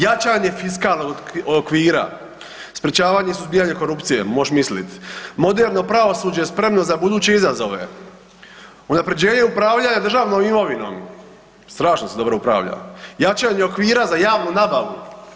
Jačanje fiskalnog okvira, sprječavanje suzbijanja korupcije moš mislit, moderno pravosuđe spremno za buduće izazove, unapređenje upravljanja državnom imovinom, strašno se dobro upravlja, jačanje okvira za javnu nabavu.